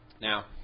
Now